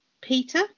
Peter